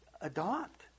adopt